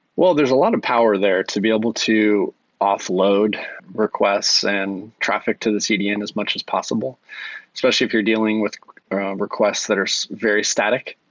well, there is a lot of power there to be able to offload requests and traffic to the cdn as much as possible especially if you're dealing with um requests that are so very static,